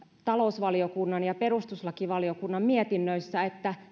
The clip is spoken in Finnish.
talousvaliokunnan ja perustuslakivaliokunnan mietinnöissä että